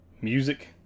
music